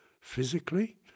physically